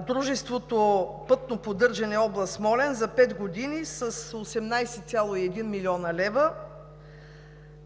дружеството „Пътно поддържане област Смолян“, за пет години с 18,1 млн. лв.,